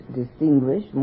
distinguish